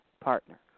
partner